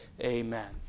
Amen